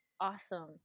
awesome